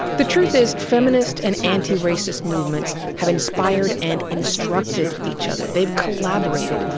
the truth is, feminist and antiracist movements have inspired and instructed each other, they've collaborated,